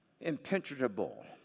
impenetrable